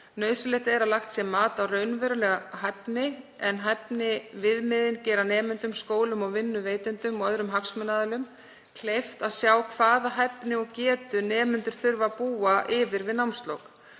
Nauðsynlegt er að lagt sé mat á raunverulega hæfni en hæfniviðmiðin gera nemendum, skólum og vinnuveitendum og öðrum hagsmunaaðilum kleift að sjá hvaða hæfni og getu nemendur þurfa að búa yfir við námslok,